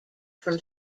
from